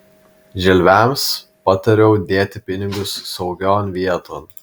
želviams patariau dėti pinigus saugion vieton